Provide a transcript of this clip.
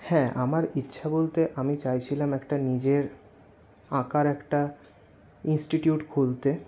হ্যাঁ আমার ইচ্ছা বলতে আমি চাইছিলাম একট নিজের আঁকার একটা ইনিস্টিটিউট খুলতে